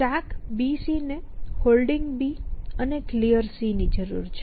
StackBC ને Holding અને Clear ની જરૂર છે